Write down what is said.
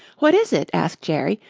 what is it? asked jerry.